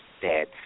dead